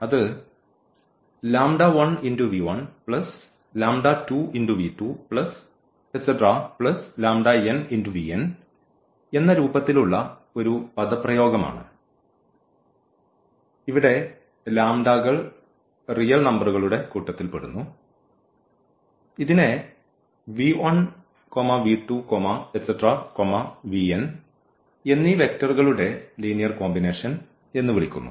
അത് എന്ന രൂപത്തിലുള്ള ഒരു പദപ്രയോഗം ആണ് ഇവിടെ കൾ റിയൽ നമ്പറുകളുടെ കൂട്ടത്തിൽ പെടുന്നു ഇതിനെ എന്നീ വെക്റ്ററുകളുടെ ലീനിയർ കോമ്പിനേഷൻ എന്ന് വിളിക്കുന്നു